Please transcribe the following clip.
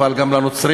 אבל גם לנוצרים.